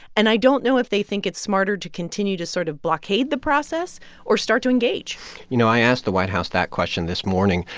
and i don't know if they think it's smarter to continue to sort of blockade the process or start to engage you know, i asked the white house that question this morning.